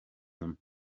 them